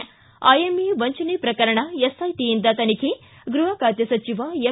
ಿ ಐಎಂಎ ವಂಚನೆ ಪ್ರಕರಣ ಎಸ್ಐಟಿಯಿಂದ ತನಿಖೆ ಗೃಹ ಖಾತೆ ಸಚಿವ ಎಂ